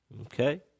Okay